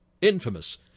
Infamous